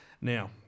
Now